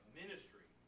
ministry